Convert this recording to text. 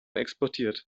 exportiert